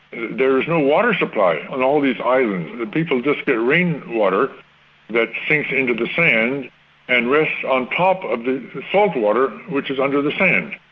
there is no water supply on all these islands. people just get rainwater that sinks into the sand and rests on top of the saltwater which is under the sand.